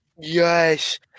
Yes